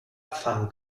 abfangen